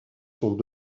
sont